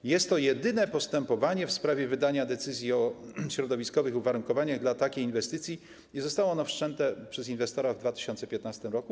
Że jest to jedyne postępowanie w sprawie wydania decyzji o środowiskowych uwarunkowaniach dla takiej inwestycji i zostało ono wszczęte przez inwestora w 2015 r.